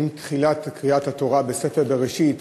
עם תחילת קריאת התורה בספר בראשית